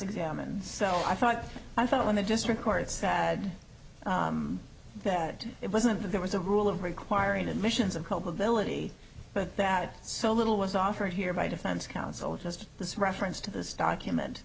examine so i thought i thought when the district court said that it wasn't that there was a rule of requiring admissions of culpability but that so little was offered here by defense counsel just this reference to this document